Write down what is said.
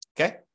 Okay